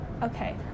Okay